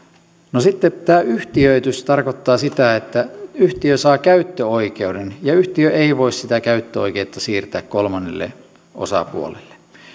sitten tämä yhtiöitys tarkoittaa sitä että yhtiö saa käyttöoikeuden ja yhtiö ei voi sitä käyttöoikeutta siirtää kolmannelle osapuolelle